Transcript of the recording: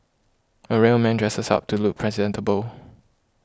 a real man dresses up to look presentable